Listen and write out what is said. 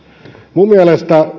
minun mielestäni